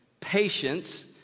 patience